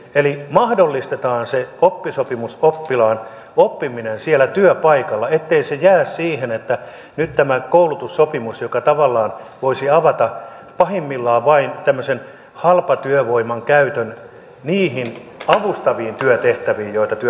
eli mahdollistetaan se oppisopimusoppilaan oppiminen siellä työpaikalla ettei se jää siihen että nyt tämä koulutussopimus avaisi kuten se tavallaan voisi pahimmillaan avata vain tämmöisen halpatyövoiman käytön niihin avustaviin työtehtäviin joita työpaikoilla on